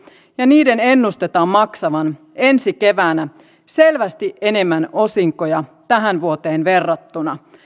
ja niiden ennustetaan maksavan ensi keväänä selvästi enemmän osinkoja tähän vuoteen verrattuna